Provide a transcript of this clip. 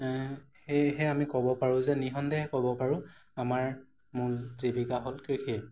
সেয়েহে আমি ক'ব পাৰোঁ যে নিঃসন্দেহে ক'ব পাৰোঁ আমাৰ মূল জীৱিকা হ'ল কৃষি